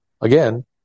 again